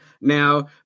now